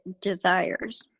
desires